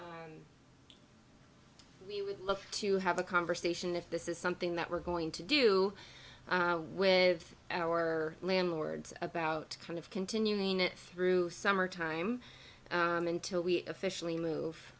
so we would love to have a conversation if this is something that we're going to do with our landlords about kind of continuing it through summer time until we officially move